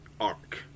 arc